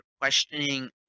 questioning